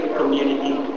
community